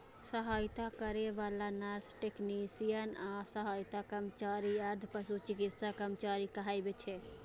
सहायता करै बला नर्स, टेक्नेशियन आ सहायक कर्मचारी अर्ध पशु चिकित्सा कर्मचारी कहाबै छै